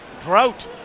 drought